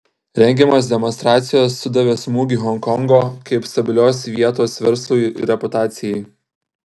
rengiamos demonstracijos sudavė smūgį honkongo kaip stabilios vietos verslui reputacijai